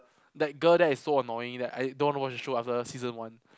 that girl that is so annoying that I don't want to watch that show after season one